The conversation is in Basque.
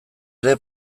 ere